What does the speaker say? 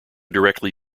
directly